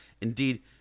Indeed